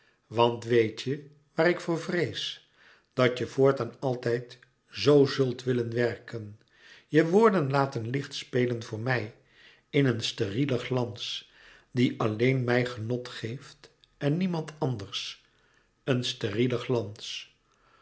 want weet je waar ik voor vrees dat je voortaan altijd zoo zult willen werken je woorden laten lichtspelen voor mij in een sterielen glans die alleen mij genot geeft en niemand anders een steriele glans